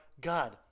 God